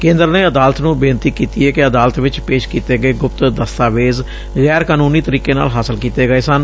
ਕੇਂਦਰ ਨੇ ਅਦਾਲਤ ਨੂੰ ਬੇਨਤੀ ਕੀਤੀ ਏ ਕਿ ਅਦਾਲਤ ਵਿਚ ਪੇਸ਼ ਕੀਤੇ ਗਏ ਗੁਪਤ ਦਸਤਾਵੇਜ਼ ਗੈਰ ਕਾਨੂੰਨੀ ਤਰੀਕੇ ਨਾਲ ਹਾਸਲ ਕੀਤੇ ਗਏ ਸਨ